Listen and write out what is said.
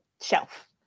shelf